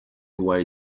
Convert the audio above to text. away